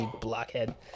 blockhead